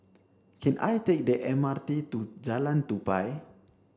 can I take the M R T to Jalan Tupai